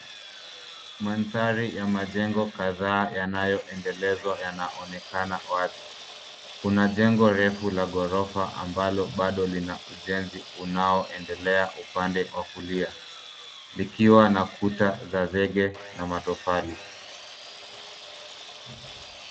Mandhari ya majengo kadhaa yanayoendelezwa yanaonekana wazi. Kuna jengo refu la ghorofa ambalo bado lina ujenzi unaoendelea upande wa kulia likiwa na kuta za zege na matofali.